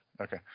Okay